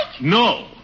No